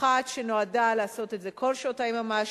אחת שנועדה לעשות את זה כל שעות היממה,